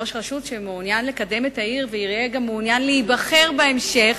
ראש רשות שמעוניין לקדם את העיר ויהיה גם מעוניין להיבחר בהמשך,